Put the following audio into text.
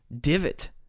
divot